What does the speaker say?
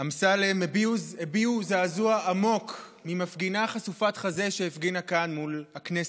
אמסלם הביעו זעזוע עמוק ממפגינה חשופת חזה שהפגינה כאן מול הכנסת.